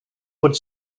would